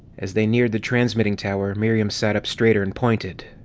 as they neared the transmitting tower, miriam sat up straighter and pointed.